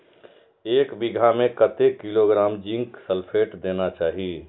एक बिघा में कतेक किलोग्राम जिंक सल्फेट देना चाही?